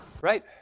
Right